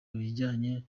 bijanye